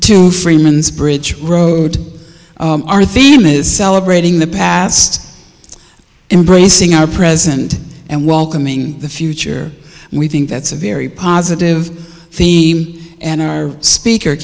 to freeman's bridge road our theme is celebrating the past embracing our present and welcoming the future and we think that's a very positive theme and our speaker